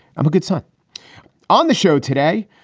um i'll get some on the show today.